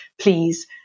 please